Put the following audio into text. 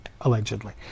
allegedly